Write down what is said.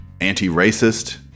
anti-racist